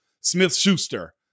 Smith-Schuster